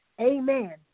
Amen